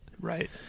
Right